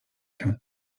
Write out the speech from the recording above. się